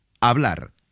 Hablar